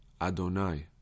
Adonai